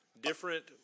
different